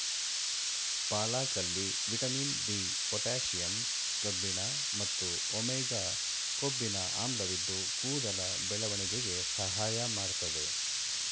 ಪಾಲಕಲ್ಲಿ vitamin B, potassium ಕಬ್ಬಿಣ ಮತ್ತು omega ಕೊಬ್ಬಿನ ಆಮ್ಲವಿದ್ದು ಕೂದಲ ಬೆಳವಣಿಗೆಗೆ ಸಹಾಯ ಮಾಡ್ತದೆ